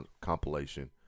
compilation